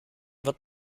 wird